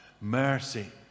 Mercy